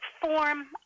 form